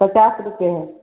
पचास रुपये है